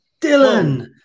Dylan